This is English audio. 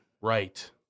Right